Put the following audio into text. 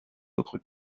autres